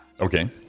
okay